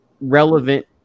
relevant